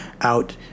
out